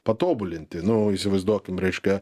patobulinti nu įsivaizduokim reiškia